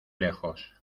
lejos